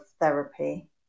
therapy